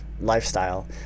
lifestyle